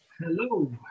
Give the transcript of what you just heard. Hello